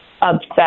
upset